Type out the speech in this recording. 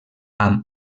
amb